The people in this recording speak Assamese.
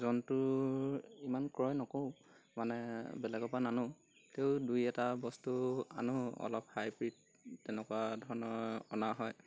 জন্তু ইমান ক্ৰয় নকৰোঁ মানে বেলেগৰ পৰা নানো তেওঁ দুই এটা বস্তু আনো অলপ হাইব্ৰীড তেনেকুৱা ধৰণৰ অনা হয়